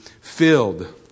filled